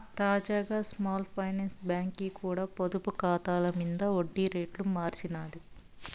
తాజాగా small finance బాంకీ కూడా పొదుపు కాతాల మింద ఒడ్డి రేట్లు మార్సినాది